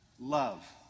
Love